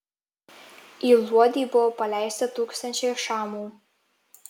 į luodį buvo paleista tūkstančiai šamų